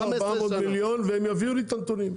400 מיליון והם יביאו לי את הנתונים.